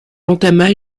entama